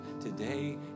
today